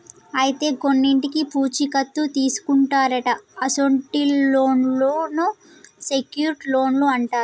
అయితే కొన్నింటికి పూచీ కత్తు తీసుకుంటారట అసొంటి లోన్లను సెక్యూర్ట్ లోన్లు అంటారు